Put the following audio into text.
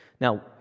Now